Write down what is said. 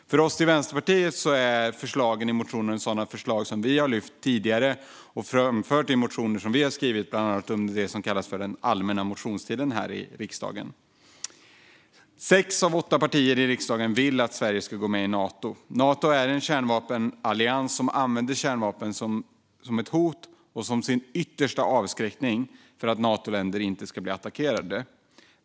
För oss i Vänsterpartiet är förslagen i motioner sådana förslag som vi tidigare har lagt fram och framfört i motioner vi har skrivit, bland annat under det som kallas för den allmänna motionstiden här i riksdagen. Sex av åtta partier i riksdagen vill att Sverige ska gå med i Nato. Nato är en kärnvapenallians som använder kärnvapen som ett hot och som sin yttersta avskräckning för att Natoländer inte ska bli attackerade.